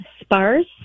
sparse